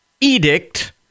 edict